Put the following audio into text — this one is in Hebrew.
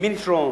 Mintron,